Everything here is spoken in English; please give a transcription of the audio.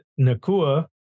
Nakua